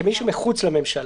כמי שמחוץ לממשלה,